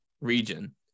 region